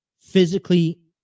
physically